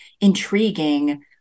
intriguing